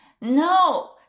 No